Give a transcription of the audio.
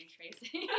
Tracy